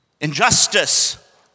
injustice